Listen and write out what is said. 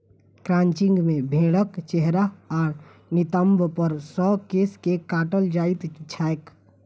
crutching मे भेंड़क चेहरा आ नितंब पर सॅ केश के काटल जाइत छैक